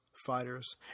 fighters